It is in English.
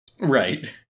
Right